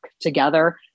together